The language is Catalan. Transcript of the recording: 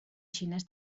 xinès